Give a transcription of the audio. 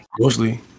mostly